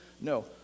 No